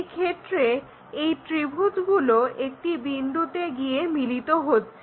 এক্ষেত্রে এই ত্রিভুজগুলো একটি বিন্দুতে গিয়ে মিলিত হচ্ছে